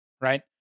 right